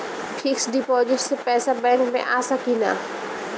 Fix deposit से पैसा bank मे आ सकी कि ना?